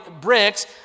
bricks